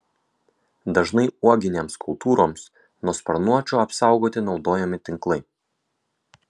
dažnai uoginėms kultūroms nuo sparnuočių apsaugoti naudojami tinklai